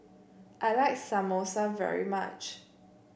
I like Samosa very much